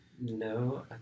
No